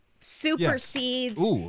supersedes